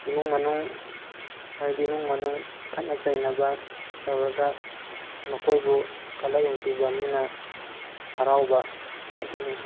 ꯏꯃꯨꯡ ꯃꯅꯨꯡ ꯍꯥꯏꯗꯤ ꯏꯃꯨꯡ ꯃꯅꯨꯡ ꯈꯠꯅ ꯆꯩꯅꯕ ꯇꯧꯔꯒ ꯃꯈꯣꯏꯕꯨ ꯀꯜꯂꯛ ꯌꯦꯡꯊꯤꯕ ꯃꯤꯅ ꯍꯔꯥꯎꯕ ꯑꯗꯨꯅꯤ